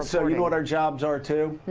so you know what our jobs are, too,